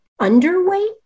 underweight